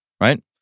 right